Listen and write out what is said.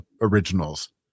originals